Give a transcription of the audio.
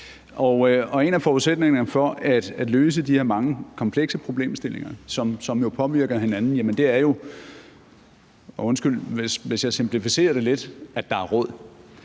En af forudsætningerne for at løse de her mange komplekse problemstillinger, som jo påvirker hinanden, er – og undskyld,